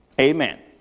Amen